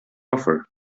offer